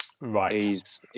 Right